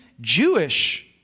Jewish